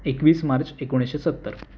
एकवीस मार्च एकोणीसशे सत्तर